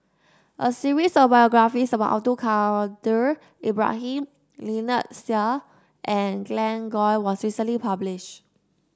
a series of biographies about Abdul Kadir Ibrahim Lynnette Seah and Glen Goei was recently published